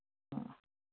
ꯑ